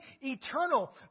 eternal